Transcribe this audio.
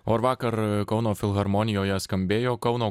o ar vakar kauno filharmonijoje skambėjo kauno